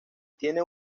tiene